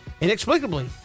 inexplicably